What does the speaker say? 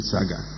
Saga